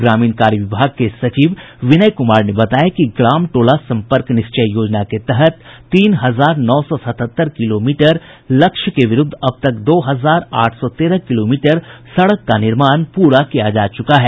ग्रामीण कार्य विभाग के सचिव विनय कुमार ने बताया कि ग्राम टोला सम्पर्क निश्चय योजना के तहत तीन हजार नौ सौ सतहत्तर किलोमीटर लक्ष्य के विरूद्ध अब तक दो हजार आठ सौ तेरह किलोमीटर सड़क का निर्माण पूरा किया जा चुका है